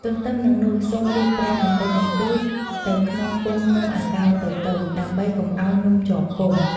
ទន្ទឹមនឹងនោះ សូមលាបប្រេងបន្តិចបន្តួចទៅក្នុងពុម្ពនំអាកោរតូចៗ ដើម្បីកុំឱ្យនំជាប់ពុម្ព។